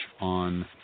on